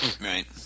Right